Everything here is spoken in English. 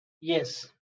yes